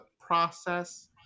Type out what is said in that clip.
process